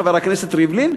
חבר הכנסת ריבלין,